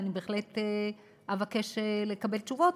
ואני בהחלט אבקש לקבל תשובות,